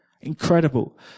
Incredible